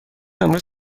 امروز